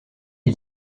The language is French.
ils